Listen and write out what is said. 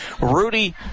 Rudy